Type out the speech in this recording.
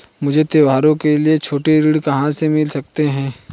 मुझे त्योहारों के लिए छोटे ऋण कहां से मिल सकते हैं?